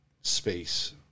space